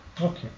Okay